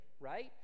right